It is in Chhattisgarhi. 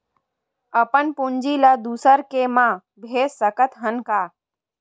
अपन पूंजी ला दुसर के मा भेज सकत हन का?